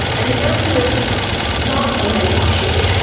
and the answer is not so many actually,